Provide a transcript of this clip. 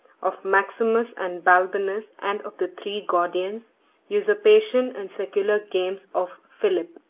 of maximus and balbinus, and of the three gordians usurpation and secular games of philip.